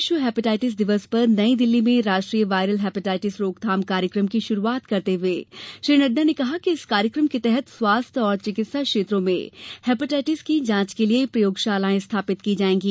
विश्व हेपेटाइटिस दिवस पर नई दिल्ली में राष्ट्रीय वायरल हेपेटाइटिस रोकथाम कार्यक्रम की शुरूआत करते हुए श्री नड्डा ने कहा कि इस कार्यक्रम के तहत स्वास्थ्य और चिकित्सा केन्द्रों में हेपेटाइटिस की जांच के लिए प्रयोगशालाएं स्थापित की जाएंगी